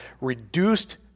reduced